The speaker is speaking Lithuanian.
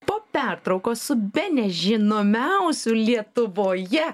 po pertraukos bene žinomiausiu lietuvoje